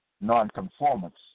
non-conformance